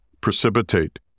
precipitate